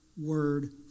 word